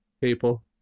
people